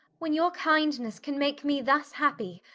when your kindness can make me thus happy,